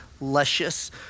luscious